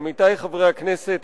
עמיתי חברי הכנסת,